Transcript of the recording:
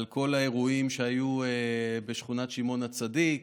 כל האירועים שהיו בשכונת שמעון הצדיק